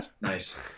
Nice